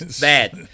bad